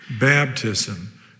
baptism